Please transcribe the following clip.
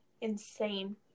insane